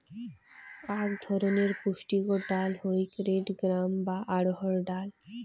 আক ধরণের পুষ্টিকর ডাল হউক রেড গ্রাম বা অড়হর ডাল